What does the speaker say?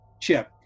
chip